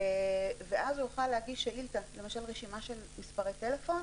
ואז הוא יוכל להגיש שאילתה, רשימה של מספרי טלפון,